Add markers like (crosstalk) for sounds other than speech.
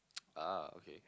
(noise) ah okay